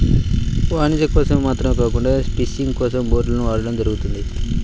వాణిజ్యం కోసం మాత్రమే కాకుండా ఫిషింగ్ కోసం బోట్లను వాడటం జరుగుతుంది